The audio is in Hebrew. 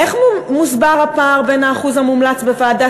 איך מוסבר הפער בין האחוז המומלץ בוועדת